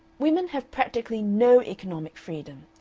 women have practically no economic freedom,